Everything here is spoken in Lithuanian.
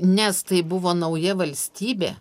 nes tai buvo nauja valstybė